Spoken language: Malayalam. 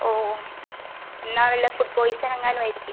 ഓ ഓ എന്നാൽ വല്ല ഫുഡ് പോയ്സൺ എങ്ങാനുമായിരിക്കും